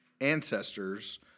ancestors